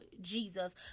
jesus